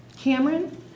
Cameron